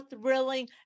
thrilling